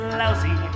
lousy